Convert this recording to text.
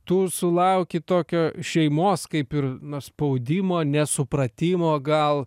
tu sulauki tokio šeimos kaip ir na spaudimo nesupratimo gal